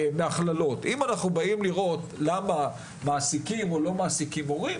אם אנחנו באים לראות למה מעסיקים או לא מעסיקים מורים,